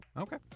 Okay